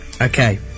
Okay